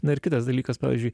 na ir kitas dalykas pavyzdžiui